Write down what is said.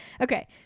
okay